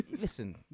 listen